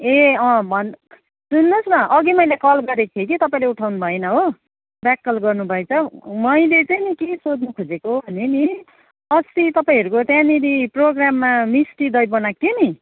ए अँ भन सुन्नुहोस् न अघि मैले कल गरेको थिएँ कि तपाईँले उठाउनु भएन हो ब्याक कल गर्नुभएछ मैले चाहिँ नि के सोध्नु खोजेको भने नि अस्ति तपाईँहरूको त्यहाँनिर प्रोग्राममा मिस्टी दही बनाएको थियो नि